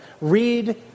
read